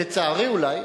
חברים, לצערי אולי,